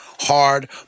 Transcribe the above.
Hard